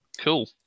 Cool